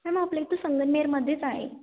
ma'am आपल्या इथं संगमनेरमध्येच आहे